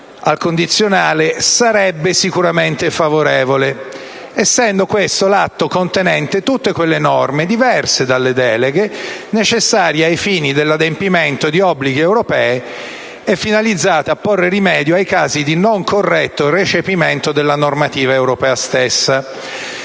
al condizionale - sarebbe sicuramente favorevole, essendo questo l'atto contenente tutte quelle norme diverse dalle deleghe necessarie ai fini dell'adempimento di obblighi europei e finalizzate a porre rimedio ai casi di non corretto recepimento della normativa europea stessa.